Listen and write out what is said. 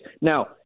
Now